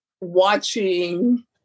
watching